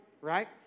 Right